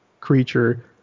creature